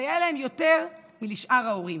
ותסייע להם יותר מלשאר ההורים,